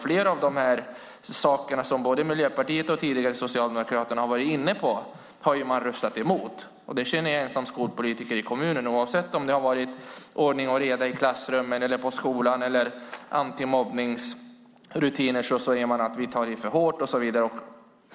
Flera av de åtgärderna - som både Miljöpartiet och tidigare Socialdemokraterna har varit inne på - har man röstat emot. Det känner jag igen som skolpolitiker i kommunen. Oavsett om det har gällt ordning och reda i klassrummen eller på skolan eller antimobbningsrutiner säger man att vi tar i för hårt.